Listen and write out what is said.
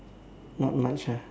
not much ah